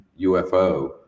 UFO